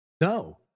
No